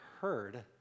heard